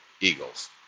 eagles